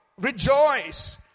Rejoice